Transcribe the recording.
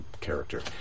character